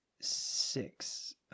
Six